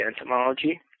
entomology